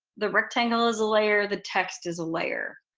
the rectangle is a layer. the text is a layer.